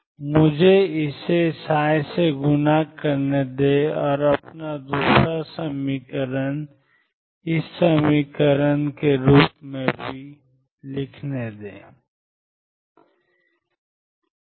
मुझे इसे से गुणा करने दें और अपना दूसरा समीकरण माइनस iℏψ∂t 22m2x2Vx के रूप में लिखें जो कि मेरी समीकरण संख्या 2 है